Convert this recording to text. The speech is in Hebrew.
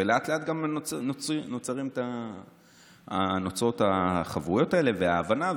ולאט-לאט נוצרות החברויות האלה וההבנה.